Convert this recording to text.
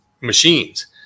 machines